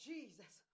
Jesus